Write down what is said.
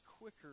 quicker